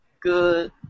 Good